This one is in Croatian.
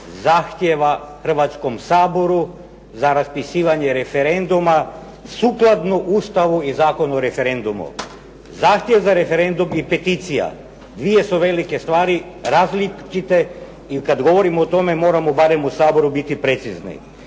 zahtjeva Hrvatskom saboru za raspisivanje referenduma sukladno Ustavu i Zakonu o referendumu. Zahtjev za referendum i peticija dvije su velike stvari različite i kad govorimo o tome moramo barem u Saboru biti precizni,